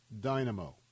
Dynamo